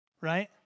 right